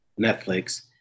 Netflix